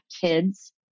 kids